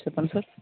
చెప్పండి సార్